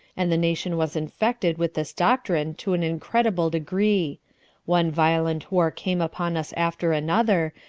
and the nation was infected with this doctrine to an incredible degree one violent war came upon us after another,